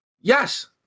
Yes